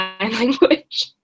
language